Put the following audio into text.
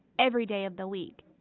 every day of the week.